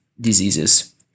diseases